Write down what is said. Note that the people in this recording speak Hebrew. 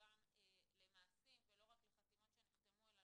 תתורגם למעשים ולא רק לחתימות שנחתמו אלא